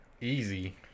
easy